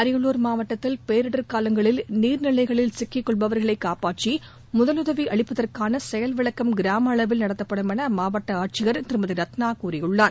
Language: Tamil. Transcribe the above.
அரியலூர் மாவட்டத்தில் பேரிடர் காலங்களில் நீர் நிலைகளில் சிக்கி கொள்பவர்களை காப்பாற்றி முதலுதவி அளிப்பதற்கான செயல்விளக்கம் கிராம அளவில் நடத்தப்படும் என அம்மாவட்ட ஆட்சியர் திருமதி ரத்னா கூறியுள்ளார்